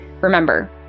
Remember